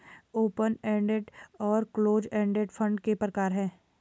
open ended और close ended fund के प्रकार हैं